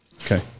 Okay